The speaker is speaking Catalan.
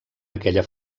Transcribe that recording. aquella